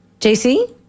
jc